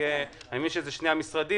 אני מבין שזה עם שני המשרדים,